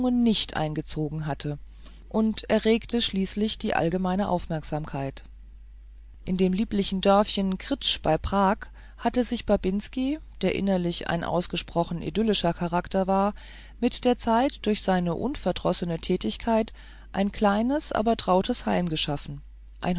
nicht einbezogen hatte und erregten schließlich die allgemeine aufmerksamkeit in dem lieblichen dörfchen krtsch bei prag hatte sich babinski der innerlich ein ausgesprochen idyllischer charakter war mit der zeit durch seine unverdrossene tätigkeit ein kleines aber trautes heim